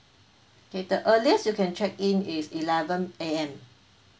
okay the earliest you can check in is eleven A_M